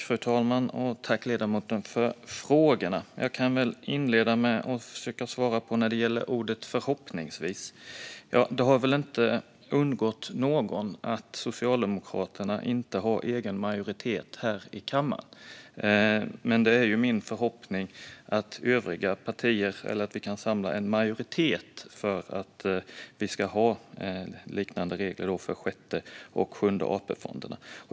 Fru talman! Jag tackar ledamoten för frågorna. Jag kan inleda med att försöka svara på frågan när det gäller ordet förhoppningsvis. Det har väl inte undgått någon att Socialdemokraterna inte har egen majoritet här i kammaren. Men det är min förhoppning att vi kan samla en majoritet för liknande regler för Sjätte och Sjunde AP-fonden.